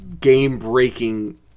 game-breaking